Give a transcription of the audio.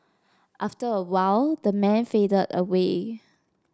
after a while the man faded away